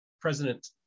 president